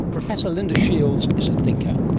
professor linda shields is a thinker.